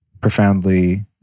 profoundly